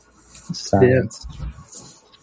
Science